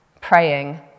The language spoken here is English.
praying